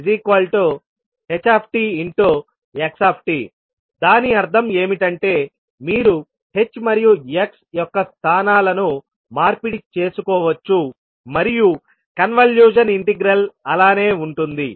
xththtxtదాని అర్థం ఏమిటంటే మీరు h మరియు x యొక్క స్థానాలను మార్పిడి చేసుకోవచ్చు మరియు కన్వల్యూషన్ ఇంటిగ్రల్ అలానే ఉంటుంది